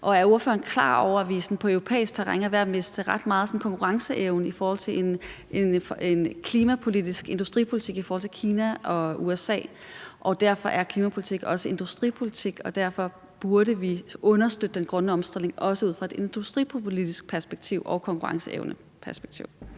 Er ordføreren klar over, at vi sådan på europæisk terræn er ved at miste ret meget sådan konkurrenceevne til Kina og USA i forhold til en klimapolitisk industripolitik? Derfor er klimapolitik også industripolitik, og derfor burde vi også understøtte den grønne omstilling ud fra et industripolitisk perspektiv og et konkurrenceevneperspektiv.